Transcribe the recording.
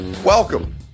Welcome